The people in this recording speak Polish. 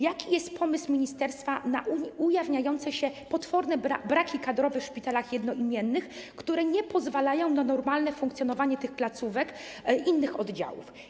Jaki jest pomysł ministerstwa na ujawniające się potworne braki kadrowe w szpitalach jednoimiennych, które to braki nie pozwalają na normalne funkcjonowanie tych placówek, innych oddziałów?